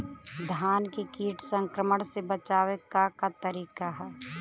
धान के कीट संक्रमण से बचावे क का तरीका ह?